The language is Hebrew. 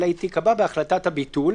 אלא היא תיקבע בהחלטת הביטול,